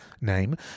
name